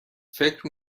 فکر